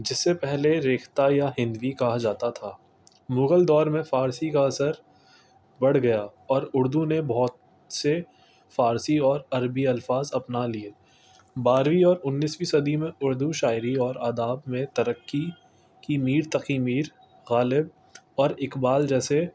جس سے پہلے ریختہ یا ہندوی کہا جاتا تھا مغل دور میں فارسی کا اثر بڑھ گیا اور اردو نے بہت سے فارسی اور عربی الفاظ اپنا لیے بارہویں اور انیسویں صدی میں اردو شاعری اور آداب میں ترقی کی میر تخیمیر غالب اور اقبال جیسے